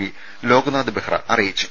P Loknath Behra അറിയിച്ചു